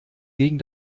gegen